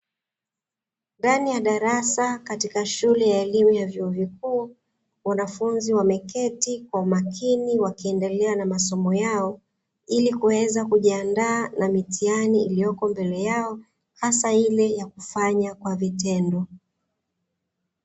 Ndani ya darasa katika shule ya elimu ya vyuo vikuu wanafunzi wameketi kwa umakini wakiendelea na masomo yao ili kuweza kujiandaa na mitihani iliyoko mbele yao, hasa ile ya kufanya kwa vitendo.